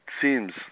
seems